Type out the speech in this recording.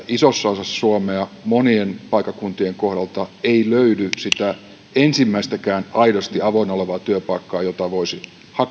isossa osassa suomea monien paikkakuntien kohdalta ei löydy sitä ensimmäistäkään aidosti avoinna olevaa työpaikkaa jota voisi hakea tai